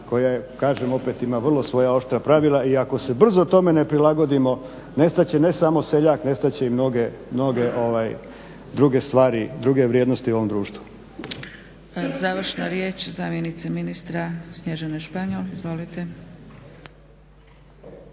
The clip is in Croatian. koja kažem opet ima vrlo svoja oštra pravila i ako se brzo tome ne prilagodimo nestat će ne samo seljak, nestat će i mnoge druge stvari, druge vrijednosti u ovom društvu. **Zgrebec, Dragica (SDP)** Završna riječ zamjenice ministra Snježane Španjol. Izvolite.